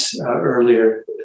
earlier